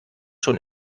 schon